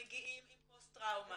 שמגיעים עם פוסט טראומה,